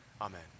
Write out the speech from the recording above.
Amen